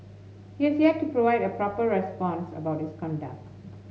he has yet to provide a proper response about his conduct